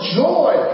joy